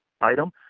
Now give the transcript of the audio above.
item